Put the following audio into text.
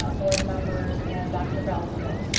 ah board members and dr. balgobin.